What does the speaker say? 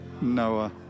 Noah